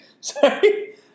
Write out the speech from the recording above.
Sorry